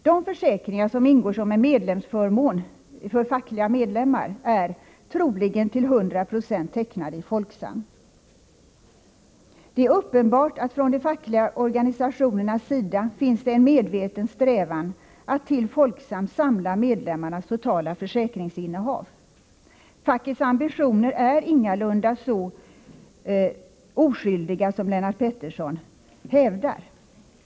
De försäkringar som ingår som en medlemsförmån för fackliga medlemmar är, troligen till 100 96, tecknade i Folksam. Det finns skäl att tro att det från de fackliga organisationernas sida finns en medveten strävan att till Folksam samla medlemmarnas totala försäkringsinnehav. Facket ambitioner är ingalunda så oskyldiga som Lennart Pettersson hävdar.